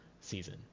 season